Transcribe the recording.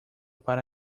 para